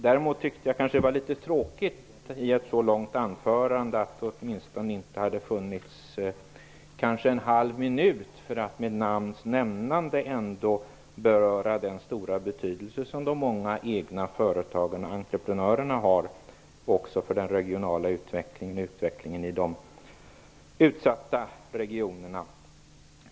Däremot tyckte jag att det var litet tråkigt att det i ett så långt anförande inte fanns åtminstone en halv minuts omnämnande av den stora betydelse som de många egna företagarna och entreprenörerna har också för den regionala utvecklingen och utvecklingen i de utsatta regionerna.